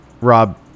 Rob